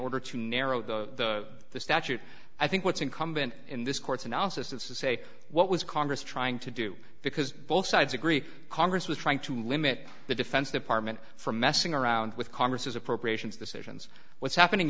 order to narrow the statute i think what's incumbent in this court's analysis is to say what was congress trying to do because both sides agree congress was trying to limit the defense department for messing around with congress's appropriations decisions what's happening